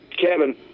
Kevin